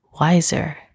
wiser